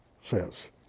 says